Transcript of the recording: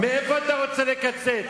מאיפה אתה רוצה לקצץ?